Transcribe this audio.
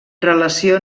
relació